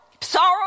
Sorrow